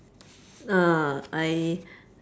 uh I